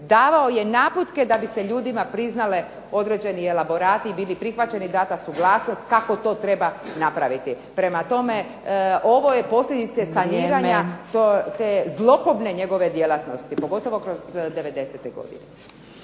davao je naputke da bi se ljudima priznali određeni elaborati i bili prihvaćeni, data suglasnost kako to treba napraviti. Prema tome, ovo je posljedica saniranja te zlokobne njezine djelatnosti pogotovo kroz devedesete